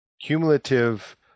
cumulative